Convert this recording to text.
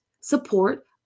support